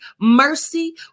mercy